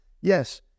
Yes